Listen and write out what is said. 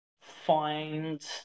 find